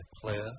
Claire